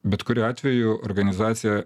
bet kuriuo atveju organizacija